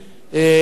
אחריו,